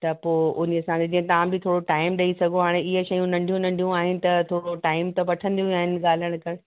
त पोइ उन हिसाब सां जीअं तव्हां बि टाइम ॾई सघो हाणे हीअ शयूं नंढी नंढियूं आहिनि त थोरो टाइम त वठंदियूं आहिनि ॻाल्हाण कर